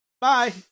Bye